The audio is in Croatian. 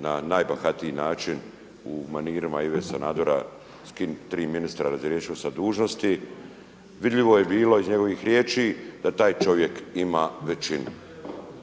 na najbahatiji način u manirima Ive Sanadera tri ministra razriješio sa dužnosti, vidljivo je bilo iz njegovih riječi da taj čovjek ima većinu.